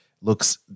looks